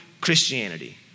Christianity